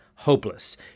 hopeless